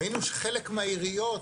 ראינו שחלק מהעיריות,